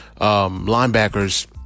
linebackers